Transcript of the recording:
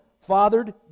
fathered